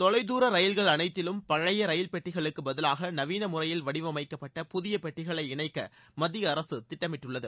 தொலைதூர ரயில்கள் அனைத்திலும் பழைய ரயில்பெட்டிகளுக்கு பதிவாக நவீன முறையில் வடிவமைக்கப்பட்ட புதிய பெட்டிகளை இணைக்க மத்திய அரசு திட்டமிட்டுள்ளது